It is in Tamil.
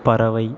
பறவை